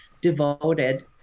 devoted